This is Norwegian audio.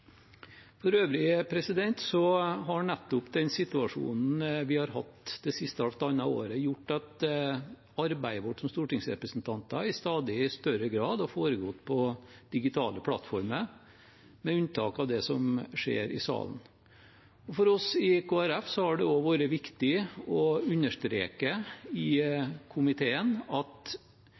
For øvrig har nettopp den situasjonen vi har hatt det siste halvannet året, gjort at arbeidet vårt som stortingsrepresentanter i stadig større grad har foregått på digitale plattformer, med unntak av det som skjer i salen. For oss i Kristelig Folkeparti har det også vært viktig å understreke i komiteen at